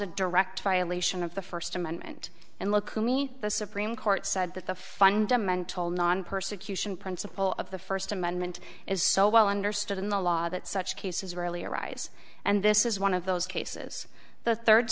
a direct violation of the first amendment and look who me the supreme court said that the fundamental non persecution principle of the first amendment is so well understood in the law that such cases rarely arise and this is one of those cases the third